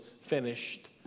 finished